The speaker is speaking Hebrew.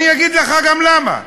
אני אגיד לך גם למה.